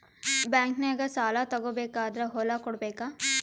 ಬ್ಯಾಂಕ್ನಾಗ ಸಾಲ ತಗೋ ಬೇಕಾದ್ರ್ ಹೊಲ ಕೊಡಬೇಕಾ?